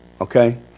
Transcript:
Okay